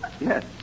Yes